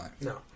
No